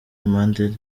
impande